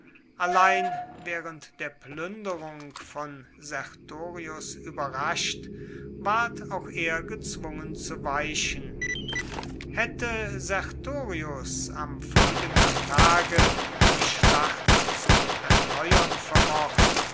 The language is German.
allein während der plünderung von sertorius überrascht ward auch er gezwungen zu weichen hätte sertorius am folgenden tage die schlacht zu erneuern vermocht